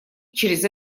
через